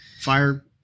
fire